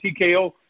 TKO